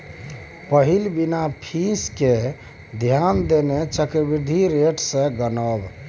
पहिल बिना फीस केँ ध्यान देने चक्रबृद्धि रेट सँ गनब